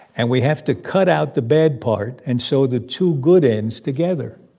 and we have to cut out the bad part and sew the two good ends together.